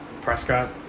Prescott